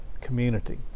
community